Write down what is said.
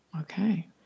Okay